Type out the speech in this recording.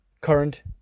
current